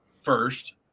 first